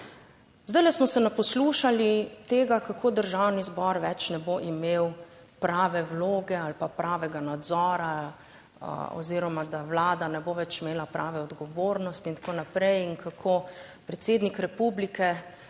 Zdajle smo se naposlušali tega, kako Državni zbor več ne bo imel prave vloge ali pa pravega nadzora oziroma, da Vlada ne bo več imela prave odgovornosti in tako naprej. In kako predsednik republike